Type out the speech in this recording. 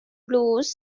blues